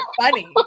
funny